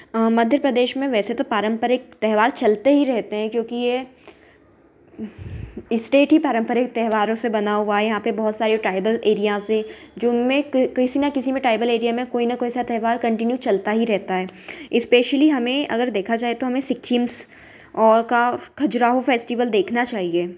हाँ मध्य प्रदेश में वैसे तो पारंपरिक त्यौहार चलते ही रहते हैं क्योंकि ये स्टेट ही पारंपरिक त्यौहारों से बना हुआ है यहाँ पर बहुत सारे ट्राइबल एरियाज़ हैं जिन में किसी न किसी में टाइबल एरिया में कोई ना कोई सा त्यौहार कंटिन्यू चलता ही रहता है स्पेशली हमें अगर देखा जाए तो हमें सिखिम्स और का खजुराहो फेस्टिवल देखना चाहिए